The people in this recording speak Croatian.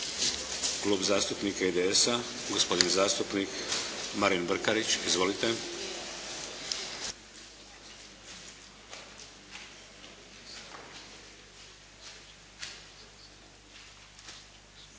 Klub zastupnika IDS-a gospodin zastupnik Marin Brkarić. Izvolite.